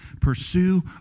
Pursue